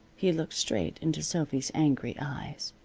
he looked straight into sophy's angry eyes.